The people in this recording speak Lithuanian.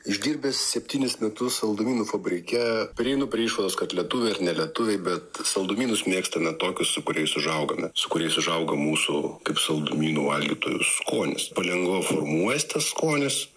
išdirbęs septynis metus saldumynų fabrike prieinu prie išvados kad lietuviai ir nelietuviai bet saldumynus mėgstame tokius su kuriais užaugame su kuriais užaugo mūsų kaip saldumynų valgytojų skonis palengva formuojasi tas skonis